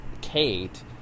Kate